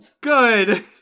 good